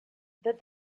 that